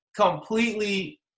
completely